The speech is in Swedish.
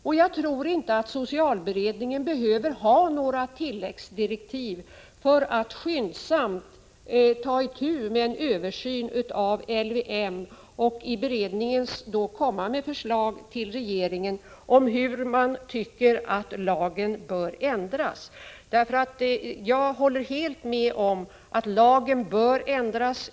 Och jag tror inte att socialberedningen behöver ha några tilläggsdirektiv för att skyndsamt ta itu med en översyn av LVM och komma med ett förslag till regeringen om hur man tycker att lagen bör ändras. Jag håller helt och fullt med om att lagen bör ändras.